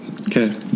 Okay